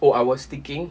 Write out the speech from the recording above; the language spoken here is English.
oh I was thinking